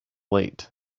late